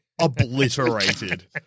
obliterated